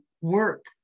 work